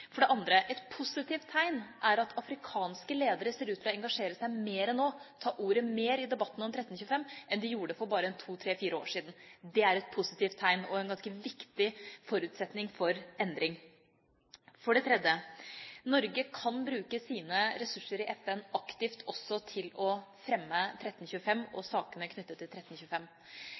For det andre: Et positivt tegn er at afrikanske ledere ser ut til å engasjere seg mer nå, ta ordet mer i debattene om 1325 enn de gjorde for bare to–tre–fire år siden. Det er et positivt tegn og en ganske viktig forutsetning for endring. For det tredje: Norge kan bruke sine ressurser i FN aktivt også til å fremme 1325 og sakene knyttet til 1325